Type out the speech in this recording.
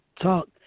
talk